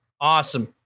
Awesome